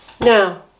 Now